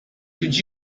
could